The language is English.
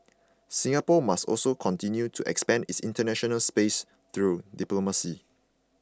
Singapore must also continue to expand its international space through diplomacy